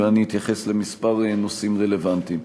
ואני אתייחס לכמה נושאים רלוונטיים.